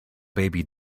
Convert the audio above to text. baby